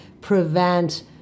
prevent